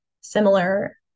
similar